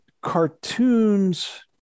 cartoons